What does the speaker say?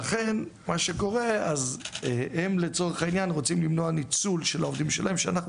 הם לצורך העניין רוצים למנוע ניצול של העובדים שלהם שאנחנו